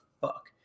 fuck